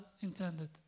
intended